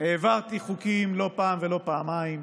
והעברתי חוקים לא פעם ולא פעמיים,